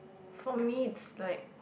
for me it's like